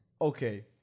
Okay